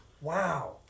Wow